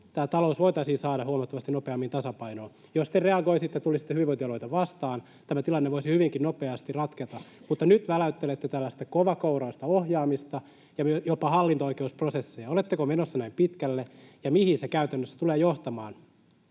tämä talous voitaisiin saada huomattavasti nopeammin tasapainoon? Jos te reagoisitte ja tulisitte hyvinvointialueita vastaan, tämä tilanne voisi hyvinkin nopeasti ratketa, mutta nyt väläyttelette tällaista kovakouraista ohjaamista ja jopa hallinto-oikeusprosesseja. Oletteko menossa näin pitkälle, ja mihin se käytännössä tulee johtamaan?